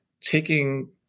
taking